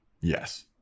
Yes